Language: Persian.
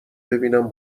ببینم